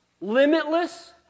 limitless